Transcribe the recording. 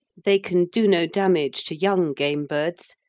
they can do no damage to young game birds,